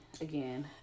again